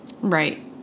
right